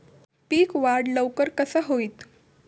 पीक वाढ लवकर कसा होईत?